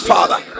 Father